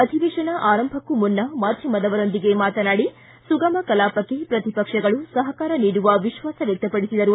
ಅಧಿವೇಶನ ಆರಂಭಕ್ಕೂ ಮುನ್ನ ಮಾಧ್ಯಮದವರೊಂದಿಗೆ ಮಾತನಾಡಿ ಸುಗಮ ಕಲಾಪಕ್ಕೆ ಪ್ರತಿಪಕ್ಷಗಳು ಸಹಕಾರ ನೀಡುವ ವಿಶ್ವಾಸ ವ್ಯಕ್ತಪಡಿಸಿದರು